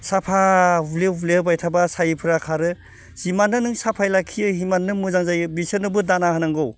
साफा हुब्ले हुब्ले होबाय थाब्ला साहिफ्रा खारो जिमाननो नों साफायै लाखियो हिमाननो मोजां जायो बिसोरनोबो दाना होनांगौ